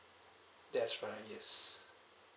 that's right yes